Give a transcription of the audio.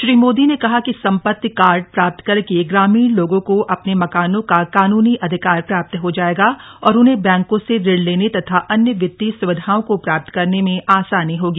श्री मोदी ने कहा कि सम्पत्ति कार्ड प्राप्त करके ग्रामीण लोगों को अपने मकानों का कानूनी अधिकार प्राप्त हो जाएगा और उन्हें बैंकों से ऋण लेने तथा अन्य वित्तीय सुविधाओं को प्राप्त करने में आसानी होगी